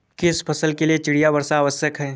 किस फसल के लिए चिड़िया वर्षा आवश्यक है?